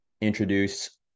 introduce